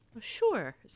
Sure